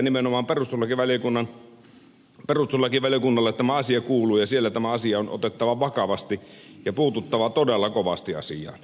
nimenomaan perustuslakivaliokunnalle tämä asia kuuluu ja siellä tämä asia on otettava vakavasti ja puututtava todella kovasti asiaan